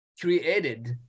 created